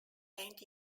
end